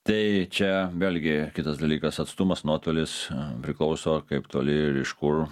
tai čia vėlgi kitas dalykas atstumas nuotolis priklauso kaip toli ir iš kur